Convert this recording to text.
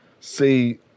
See